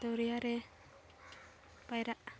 ᱫᱚᱨᱭᱟ ᱨᱮ ᱯᱟᱭᱨᱟᱜ